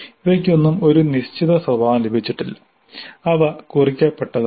ഇവയ്ക്കൊന്നും ഒരു നിശ്ചിത സ്വഭാവം ലഭിച്ചിട്ടില്ല അവ കുറിക്കപെട്ടതല്ല